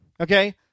okay